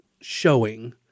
showing